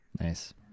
Nice